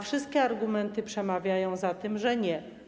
Wszystkie argumenty przemawiają za tym, że nie.